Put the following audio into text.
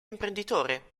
imprenditore